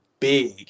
Big